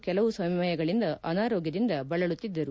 ಕೆಲವು ಸಮಯಗಳಿಂದ ಅವರು ಅನಾರೋಗ್ಲದಿಂದ ಬಳಲುತ್ತಿದ್ದರು